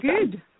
good